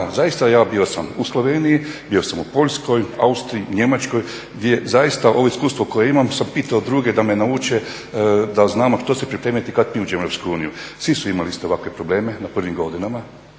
zaista ja bio sam u Sloveniji, bio sam u Poljskoj, Austriji, Njemačkoj di je zaista ovo iskustvo koje imam sam pitao druge da me nauče da znamo što se pripremiti kad mi uđemo u EU. Svi su imali iste ovakve probleme na prvim godinama,